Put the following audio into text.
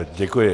Děkuji.